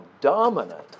dominant